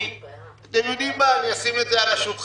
אני אשים את זה על השולחן.